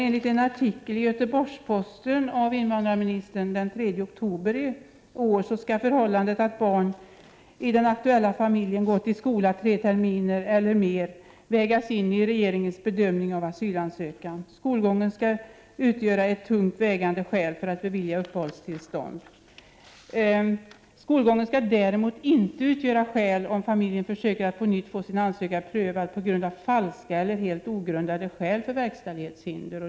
Enligt en artikel av invandrarministern införd i Göteborgsposten den 3 oktober i år skall det förhållandet att barn i den aktuella familjen gått i skola tre terminer eller mer vägas in i regeringens bedömning av asylansökan. Skolgången skall utgöra ett tungt vägande skäl för att bevilja uppehållstillstånd. Skolgång skall däremot inte utgöra skäl om familjen försöker att på nytt få sin ansökan prövad på grund av falska eller helt ogrundade skäl för verkställighetshinder.